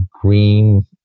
green